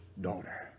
daughter